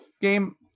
game